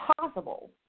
possible